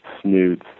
snoots